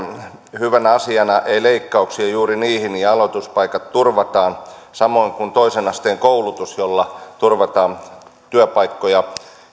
hyvänä asiana ei leikkauksia juuri niihin ja aloituspaikat turvataan samoin kuin toisen asteen koulutus jolla turvataan työpaikkoja